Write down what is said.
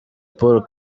paul